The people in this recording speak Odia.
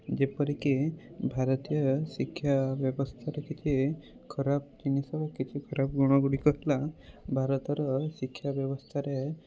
ଯେପରିକି ଭାରତୀୟ ଶିକ୍ଷା ବ୍ୟବସ୍ଥାରେ କିଛି ଖରାପ ଜିନିଷ କିଛି ଖରାପ ଗୁଣ ଗୁଡ଼ିକ ହେଲା ଭାରତର ଶିକ୍ଷା ବ୍ୟବସ୍ଥାରେ